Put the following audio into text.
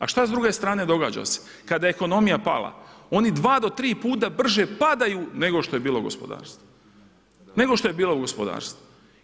A šta se s druge strane događa se, kada je ekonomija pala, oni 2 do 3 puta brže padaju nego što je bilo gospodarstvo, nego što je bilo gospodarstvo.